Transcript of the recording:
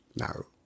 no